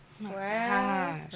Wow